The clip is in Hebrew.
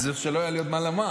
וזה עוד כשלא היה לי מה לומר.